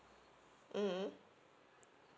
mm